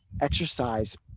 exercise